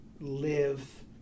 live